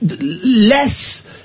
less